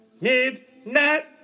Midnight